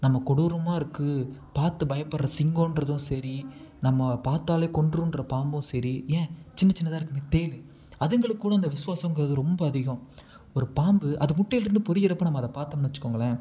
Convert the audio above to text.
நம்ம கொடூரமாக இருக்குது பார்த்து பயப்படுற சிங்கன்றதும் சரி நம்மளை பார்த்தாலே கொன்றுன்ற பாம்பும் சரி ஏன் சின்ன சின்னதாக இருக்குமே தேளு அதுங்களுக்கூட அந்த விசுவாசோங்கிறது ரொம்ப அதிகம் ஒரு பாம்பு அது முட்டைலேருந்து பொரியிறப்ப நம் ம அதை பார்த்தோம்ன்னு வச்சுக்கோங்களேன்